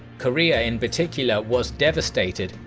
korea in particular was devastated,